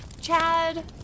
Chad